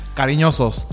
cariñosos